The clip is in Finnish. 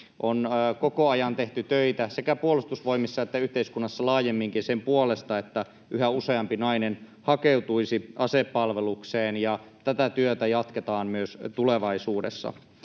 On koko ajan tehty töitä sekä Puolustusvoimissa että yhteiskunnassa laajemminkin sen puolesta, että yhä useampi nainen hakeutuisi asepalvelukseen, ja tätä työtä jatketaan myös tulevaisuudessa.